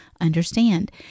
understand